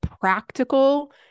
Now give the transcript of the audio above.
practical